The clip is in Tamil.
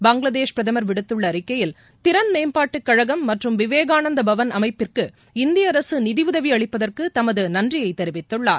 பங்களாகேஷ் பிரதமர் விடுத்துள்ள அறிக்கையில் திறன் மேம்பாட்டு கழகம் மற்றம் விவேகானந்த பவள் அமைப்பதற்கு இந்திய நாடுகளின் ஒத்துழைப்போடு அரசு நிதியுதவி அளிப்பதற்கு தமது நன்றியை தெரிவித்துள்ளார்